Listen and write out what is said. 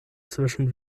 zwischen